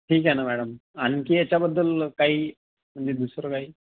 ठीक आहे ना मॅडम आणखी याच्याबद्दल काही म्हणजे दुसरं काही